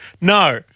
No